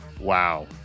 Wow